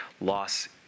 Loss